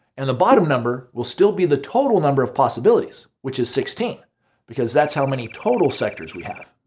and the bottom number will still be the total number of possibilities, which is sixteen because that's how many total sectors we have.